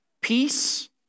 peace